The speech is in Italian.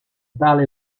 tale